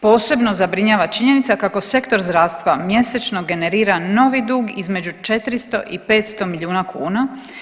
Posebno zabrinjava činjenica kako sektor zdravstva mjesečno generira novi dug između 400 i 500 milijuna kuna.